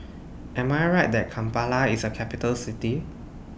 Am I Right that Kampala IS A Capital City